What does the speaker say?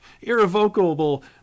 irrevocable